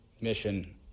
mission